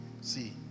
See